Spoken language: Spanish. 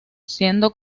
siendo